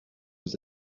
vous